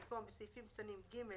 במקום בסעיפים קטנים (ג),